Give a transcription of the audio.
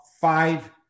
Five